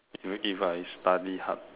if if I study hard